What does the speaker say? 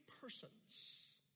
persons